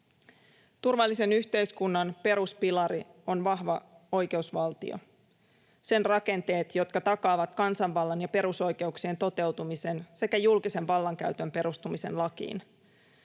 Turvallisen yhteiskunnan peruspilari on vahva oikeusvaltio, sen rakenteet, jotka takaavat kansanvallan ja perusoikeuksien toteutumisen sekä julkisen vallankäytön perustumisen lakiin.